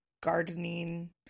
gardening